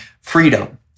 freedom